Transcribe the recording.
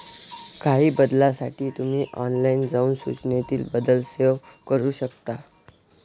काही बदलांसाठी तुम्ही ऑनलाइन जाऊन सूचनेतील बदल सेव्ह करू शकता